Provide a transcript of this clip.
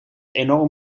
enorm